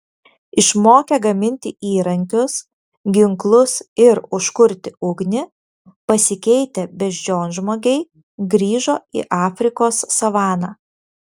išmokę gaminti įrankius ginklus ir užkurti ugnį pasikeitę beždžionžmogiai grįžo į afrikos savaną